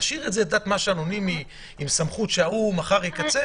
להשאיר משהו עם סמכות שהוא מחר יקצר